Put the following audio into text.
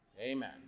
Amen